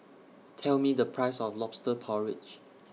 Tell Me The Price of Lobster Porridge